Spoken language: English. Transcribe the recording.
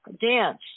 dance